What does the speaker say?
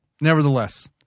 nevertheless